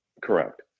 Correct